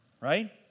right